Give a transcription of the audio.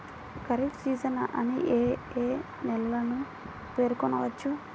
Kharif season అని ఏ ఏ నెలలను పేర్కొనవచ్చు?